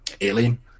Alien